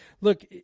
look